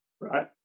right